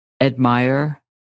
Admire